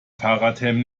fahrradhelm